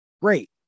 Great